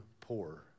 poor